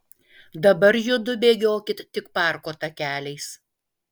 dabar judu bėgiokit tik parko takeliais